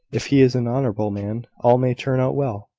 if he is an honourable man, all may turn out well.